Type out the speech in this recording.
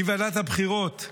אם ועדת הבחירות,